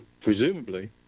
Presumably